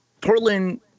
Portland